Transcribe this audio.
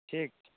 ठीक ठीक